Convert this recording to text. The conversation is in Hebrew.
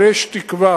אבל יש תקווה.